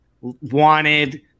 wanted